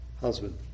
husband